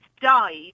died